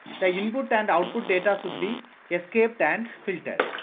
the input and output data should be escaped and filtered.